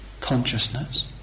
Consciousness